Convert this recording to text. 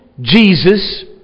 Jesus